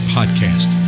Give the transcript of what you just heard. Podcast